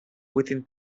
within